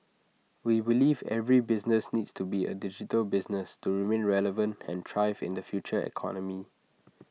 we believe every business needs to be A digital business to remain relevant and thrive in the future economy